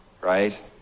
right